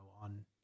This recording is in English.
on